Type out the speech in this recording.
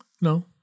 No